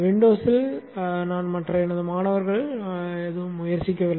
Windows ல் எனது மாணவர்கள் முயற்சிக்கவில்லை